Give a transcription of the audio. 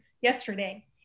yesterday